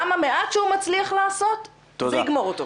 המעט שהוא מצליח לעשות זה יגמור אותו?